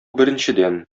беренчедән